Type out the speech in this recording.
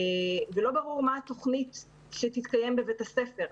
ולא ברור מה התוכנית שתתקיים בבית הספר.